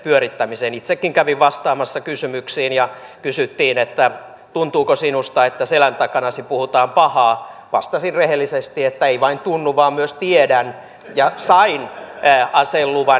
itsekin kävin vastaamassa kysymyksiin ja kun kysyttiin että tuntuuko sinusta että selkäsi takana puhutaan pahaa niin vastasin rehellisesti että ei vain tunnu vaan myös tiedän ja sain aseluvan